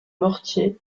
mortiers